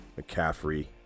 McCaffrey